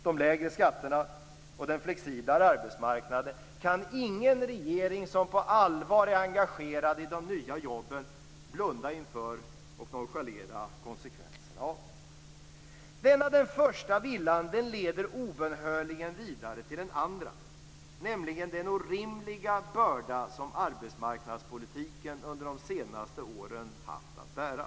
De lägre skatterna och den flexiblare arbetsmarknaden kan ingen regering som på allvar är engagerad i de nya jobben blunda inför och nonchalera konsekvenserna av. Den första villan leder obönhörligen vidare till den andra, nämligen den orimliga börda som arbetsmarknadspolitiken under de senaste åren haft att bära.